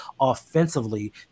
offensively